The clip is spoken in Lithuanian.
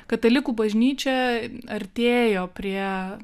katalikų bažnyčia artėjo prie